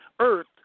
Earth